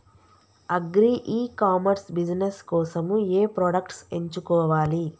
Agri e commerce business కోసము ఏ products ఎంచుకోవాలి?